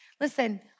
Listen